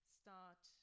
start